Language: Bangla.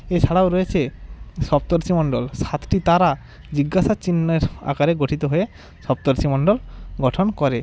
এছাড়াও রয়েছে সপ্তর্ষিমন্ডল সাতটি তারা জিজ্ঞাসা চিহ্নের আকারে গঠিত হয়ে সপ্তর্ষিমন্ডল গঠন করে